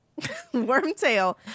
Wormtail